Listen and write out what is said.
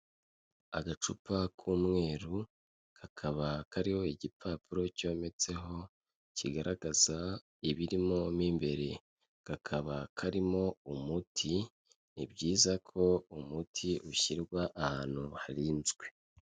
Agacupa k'umweru kakaba kariho igipapuro cyometseho, kigaragaza ibirimo mo imbere, kakaba karimo umuti, ni byiza ko umuti ushyirwa ahantu harinzwe.